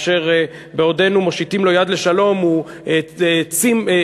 ובעודנו מושיטים לו יד לשלום הוא העלים